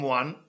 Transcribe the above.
one